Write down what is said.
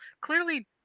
clearly